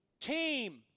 Team